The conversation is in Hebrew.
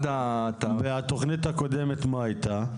והתוכנית הקודמת מה הייתה?